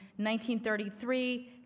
1933